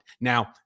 Now